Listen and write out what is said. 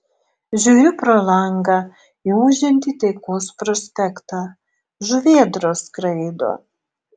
žiūriu pro langą į ūžiantį taikos prospektą žuvėdros skraido